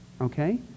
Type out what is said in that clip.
okay